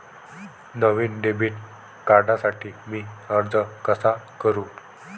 नवीन debit कार्डसाठी मी अर्ज कसा करू?